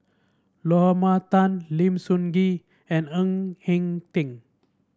Lorna Tan Lim Sun Gee and Ng Eng Teng